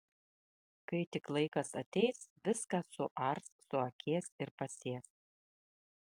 kai tik laikas ateis viską suars suakės ir pasės